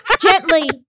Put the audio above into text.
Gently